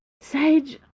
Sage